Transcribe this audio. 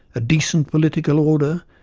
a decent political order,